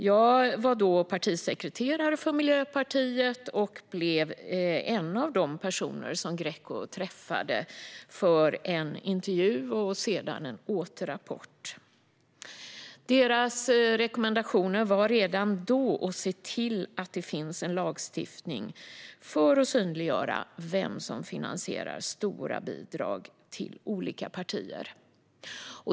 Jag var då partisekreterare för Miljöpartiet och var en av de personer som Greco träffade för en intervju och sedan en återrapport. Deras rekommendation var redan då att se till att det finns en lagstiftning för att synliggöra vem som finansierar stora bidrag till olika partier.